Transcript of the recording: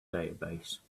database